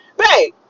hey